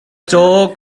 caw